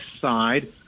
side